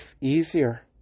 easier